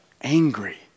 angry